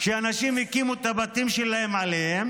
שאנשים הקימו את הבתים שלהם עליה.